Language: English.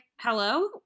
hello